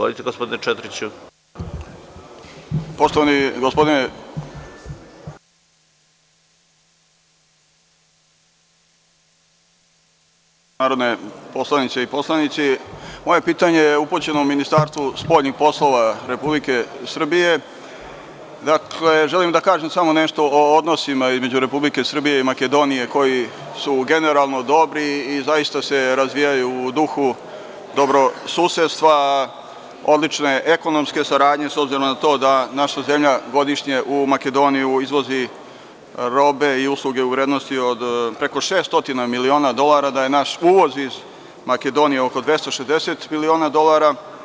Poštovani gospodine predsedavajući, dame i gospodo narodni poslanici, moje pitanje je upućeno Ministarstvu spoljnih poslova Republike Srbije, pre toga želim da kažem nešto o odnosima između Republike Srbije i Makedonije koji su generalno dobri i zaista se razvijaju u duhu dobrosusedstva, odlične ekonomske saradnje, s obzirom na to da naša zemlja godišnje u Makedoniju izvozi robe i usluge u vrednosti od preko 600 miliona dolara i da je naš uvoz iz Makedonije oko 260 miliona dolara.